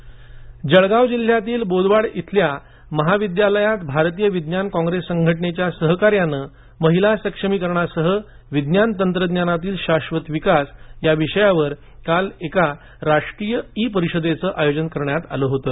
डु परिषद जळगाव जिल्ह्यातील बोदवड इथल्या महाविद्यालयात भारतीय विज्ञान कॉप्रेस संघटनेच्या सहकार्याने महिला सक्षमीकरणासह विज्ञान तंत्रज्ञानातील शाश्वत विकास या विषयावर काल एका राष्ट्रीय ई परिषदेचं आयोजन करण्यात आलं होतं